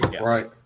Right